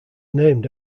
named